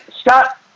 Scott